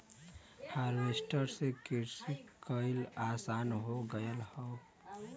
harvester से किरसी कईल आसान हो गयल हौवे